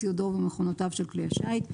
ציודו ומכונותיו של כלי השיט.